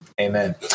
Amen